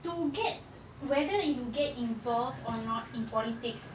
to get whether you get involved or not in politics